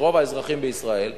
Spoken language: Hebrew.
של רוב האזרחים בישראל.